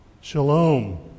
shalom